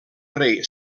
rei